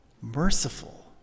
merciful